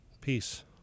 Peace